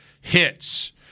hits